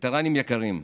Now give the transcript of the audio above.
וטרנים יקרים,